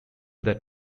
that